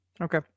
Okay